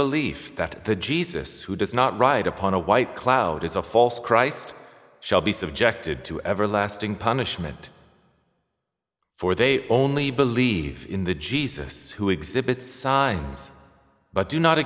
belief that the jesus who does not ride upon a white cloud is a false christ shall be subjected to everlasting punishment for they only believe in the jesus who exhibit signs but do not